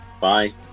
bye